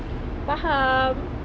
faham